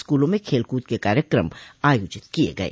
स्कूलों में खेलकूद के कार्यकम आयोजित किये गये